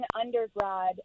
undergrad